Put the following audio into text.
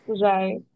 Right